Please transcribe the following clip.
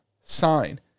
sign